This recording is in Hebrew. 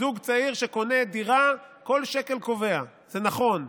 זוג צעיר שקונה דירה כל שקל קובע, זה נכון,